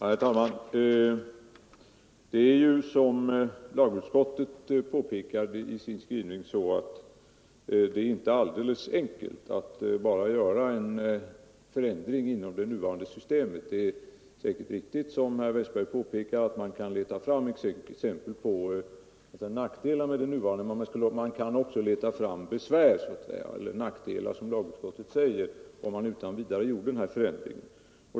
Herr talman! Det är ju, som lagutskottet påpekade i sin skrivning, inte alldeles enkelt att bara göra en förändring inom det nuvarande systemet. Det är säkert riktigt, som herr Westberg säger, att man kan leta fram exempel på nackdelar med det nuvarande systemet, men man kan också, som utskottet skriver, leta fram nackdelar med en förändring.